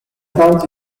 county